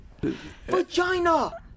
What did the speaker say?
Vagina